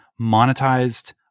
monetized